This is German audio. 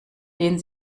den